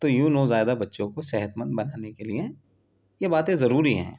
تو یوں نوزائیدہ بچوں کو صحت مند بنانے کے لیے یہ باتیں ضروری ہیں